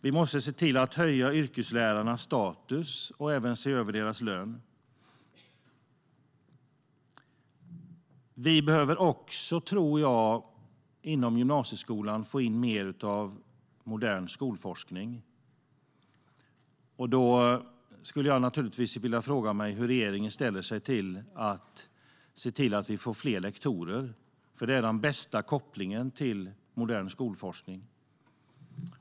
Vi måste höja yrkeslärarnas status och även se över deras lön. Vi behöver också få in mer av modern skolforskning när det gäller gymnasieskolan. Jag frågar mig hur regeringen ställer sig till fler lektorer, för det är den bästa kopplingen till modern skolforskning.